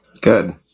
Good